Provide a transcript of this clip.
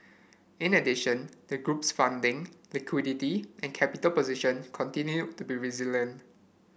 in addition the group's funding liquidity and capital position continued to be resilient